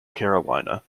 carolina